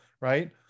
Right